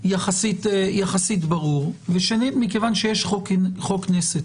-- יחסית ברור, ושנית מכיוון שיש חוק כנסת.